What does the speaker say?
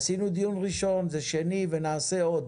עשינו דיון ראשון, זה דיון שני ונעשה עוד.